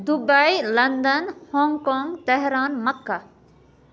Dubai London Hong Kong Tehran Makkah